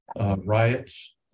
Riots